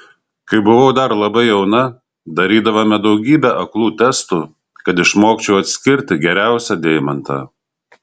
kai buvau dar labai jauna darydavome daugybę aklų testų kad išmokčiau atskirti geriausią deimantą